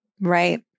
Right